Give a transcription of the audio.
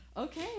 Okay